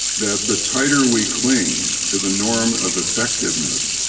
that the tighter we cling to the norm of effectiveness,